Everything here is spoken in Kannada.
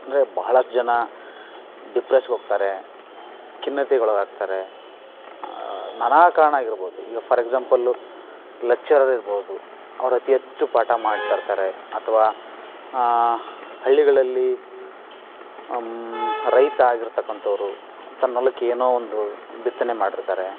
ಅಂದರೆ ಬಹಳಷ್ಟು ಜನ ಡಿಪ್ರೆಸ್ ಹೋಗ್ತಾರೆ ಖಿನ್ನತೆಗೊಳಗಾಗ್ತಾರೆ ನಾನಾ ಕಾರಣಾಗಿರ್ಬೋದು ಈಗ ಫಾರ್ ಎಕ್ಸಾಂಪಲ್ಲು ಲೆಚ್ಚರರ್ ಇರ್ಬೋದು ಅವರು ಅತಿ ಹೆಚ್ಚು ಪಾಠ ಮಾಡ್ತಾ ಇರ್ತಾರೆ ಅಥವಾ ಹಳ್ಳಿಗಳಲ್ಲಿ ರೈತ ಆಗಿರತಕ್ಕಂತವ್ರು ತನ್ನೊಲಕ್ಕೆ ಏನೋ ಒಂದು ಬಿತ್ತನೆ ಮಾಡಿರುತ್ತಾರೆ